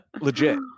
Legit